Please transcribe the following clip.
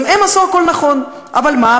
הם עשו הכול נכון, אבל מה?